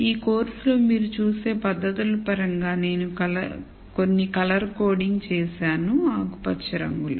ఈ కోర్సులో మీరు చూసే పద్ధతుల పరంగా నేను కొన్ని కలర్ కోడింగ్ చేసాను ఆకుపచ్చ రంగులో